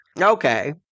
Okay